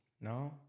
No